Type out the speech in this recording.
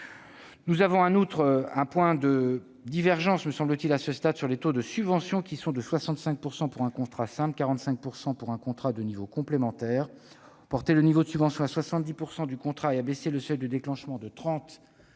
nous avons un point de divergence sur les taux de subvention : 65 % pour un contrat simple et 45 % pour un contrat de niveau complémentaire. Porter le niveau de subvention à 70 % du contrat et abaisser le seuil de déclenchement de 30